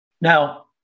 Now